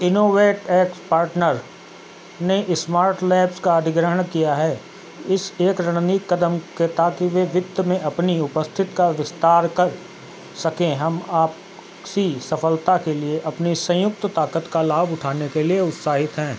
InnovateX partner ने SmartLabs का अधिग्रहण किया है इस एक रणनीतिक कदम के ताकि वे वित्त में अपनी उपस्थित का विस्तार कर सकें हम आपसी सफलता के लिए अपनी संयुक्त ताकत का लाभ उठाने के लिए उत्साहित हैं